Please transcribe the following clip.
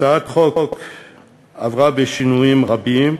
הצעת החוק עברה שינויים רבים,